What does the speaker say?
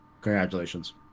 congratulations